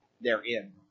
therein